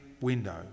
window